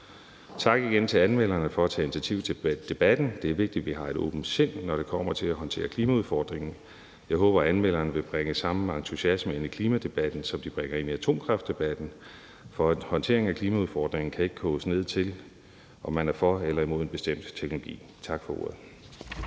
Tak igen til forespørgerne for at tage initiativ til debatten. Det er vigtigt, vi har et åbent sind, når det kommer til at håndtere klimaudfordringen. Jeg håber, forespørgerne vil bringe samme entusiasme ind i klimadebatten, som de bringer ind i atomkraftdebatten, for håndteringen af klimaudfordringen kan ikke koges ned til, om man er for eller imod en bestemt teknologi. Tak for ordet.